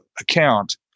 account